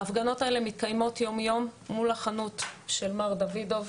ההפגנות האלה מתקיימות יום-יום מול החנות של מר דוידוב.